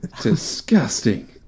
Disgusting